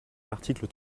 l’article